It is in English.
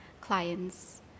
clients